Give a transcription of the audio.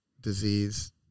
disease